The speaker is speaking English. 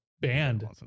banned